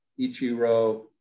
Ichiro